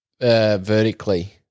Vertically